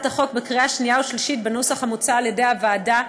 החוק בקריאה השנייה והשלישית בנוסח המוצע על-ידי הוועדה.